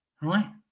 Right